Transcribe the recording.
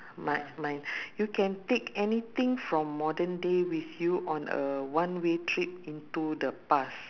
mi~ mine you can take anything from modern day with you on a one way trip into the past